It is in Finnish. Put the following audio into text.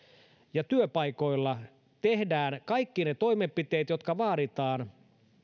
ja työpaikoilla tehdään kaikki ne toimenpiteet jotka vaaditaan